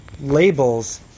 labels